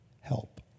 help